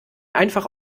einfach